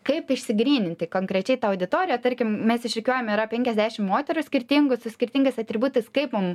kaip išsigryninti konkrečiai tą auditoriją tarkim mes išrikiuojam yra penkiasdešim moterų skirtingų su skirtingais atributais kaip mum